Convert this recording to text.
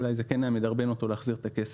אולי זה כן היה מדרבן אותו להחזיר את הכסף.